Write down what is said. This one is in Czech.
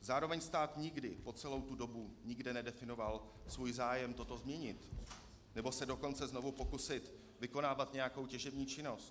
Zároveň stát nikdy po celou tu dobu nikde nedefinoval svůj zájem toto změnit, nebo se dokonce znovu pokusit vykonávat nějakou těžební činnost.